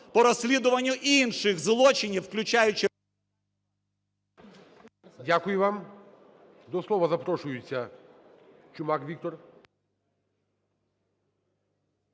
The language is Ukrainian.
Дякую вам. До слова запрошується Чумак Віктор.